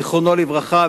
זיכרונו לברכה,